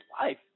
life